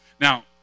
Now